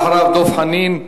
אחריו, חבר הכנסת דב חנין,